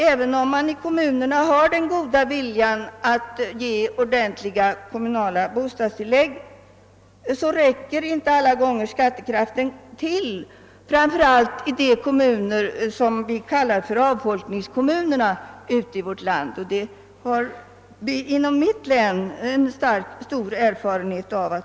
även om kommunerna har den goda viljan att betala ordentliga kommunala bostadstillägg, räcker skattekraften inte till alla gånger, framför allt i avfolkningskommuner ute i landet. Inom mitt hemlän har vi erfarenhet härav.